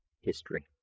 history